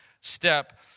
step